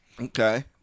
Okay